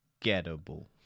forgettable